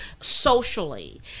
Socially